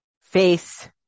face